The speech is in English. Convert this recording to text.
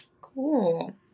Cool